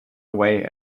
away